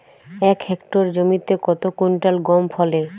এক হেক্টর জমিতে কত কুইন্টাল গম ফলে?